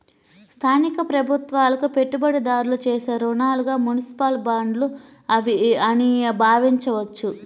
స్థానిక ప్రభుత్వాలకు పెట్టుబడిదారులు చేసే రుణాలుగా మునిసిపల్ బాండ్లు అని భావించవచ్చు